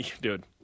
dude